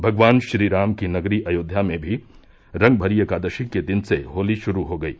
भगवान राम की नगरी अयोध्या में भी रंगभरी एकादशी के दिन से होली शुरू हो गयी